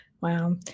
Wow